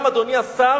בשבילן, אדוני השר,